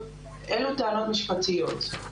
אלו טענות משפטיות.